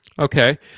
Okay